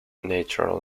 natural